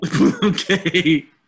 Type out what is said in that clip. Okay